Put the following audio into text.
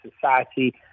society